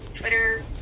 Twitter